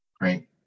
Great